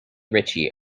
ritchie